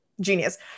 genius